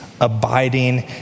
abiding